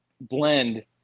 blend